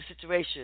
situation